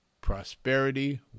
prosperity